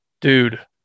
Dude